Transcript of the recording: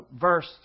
verse